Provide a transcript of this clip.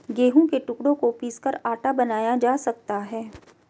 गेहूं के टुकड़ों को पीसकर आटा बनाया जा सकता है